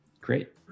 Great